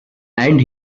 and